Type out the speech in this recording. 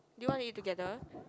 you want eat together